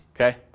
Okay